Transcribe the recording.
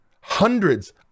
hundreds